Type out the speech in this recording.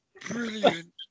brilliant